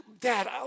dad